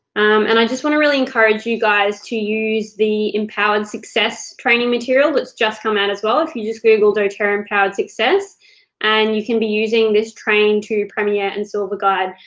and i just wanna really encourage you guys to use the empowered success training material that's just come out as well. if you just google doterra empowered success and you can be using this training to premier and silver guide.